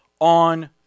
on